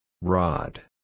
Rod